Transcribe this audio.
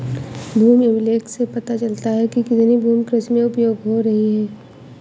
भूमि अभिलेख से पता चलता है कि कितनी भूमि कृषि में उपयोग हो रही है